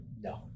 No